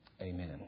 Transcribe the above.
Amen